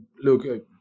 look